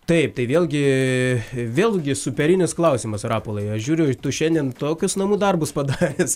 taip tai vėlgi vėlgi superinis klausimas rapolai aš žiūriu i tu šiandien tokius namų darbus padaręs